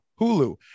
hulu